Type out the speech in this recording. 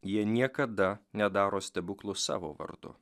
jie niekada nedaro stebuklų savo vardu